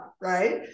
right